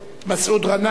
מסעוד גנאים